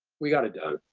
we got it done.